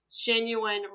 genuine